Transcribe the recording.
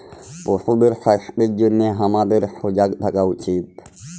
পশুদের স্বাস্থ্যের জনহে হামাদের সজাগ থাকা উচিত